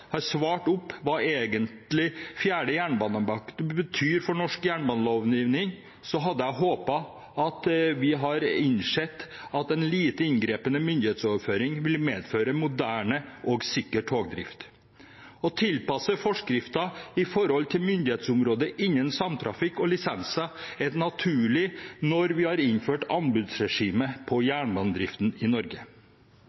har svart på hva fjerde jernbanepakke egentlig betyr for norsk jernbanelovgivning, hadde jeg håpet at vi hadde innsett at en lite inngripende myndighetsoverføring ville medføre moderne og sikker togdrift. Å tilpasse forskrifter til myndighetsområder innen samtrafikk og lisenser er naturlig når vi har innført anbudsregime på